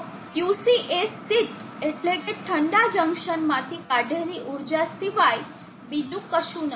તો Qc એ શીત એટલે કે ઠંડા જંકશનમાંથી કાઢેલી ઊર્જા સિવાય બીજું કશું નથી